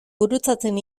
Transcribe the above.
gurutzatzen